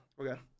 Okay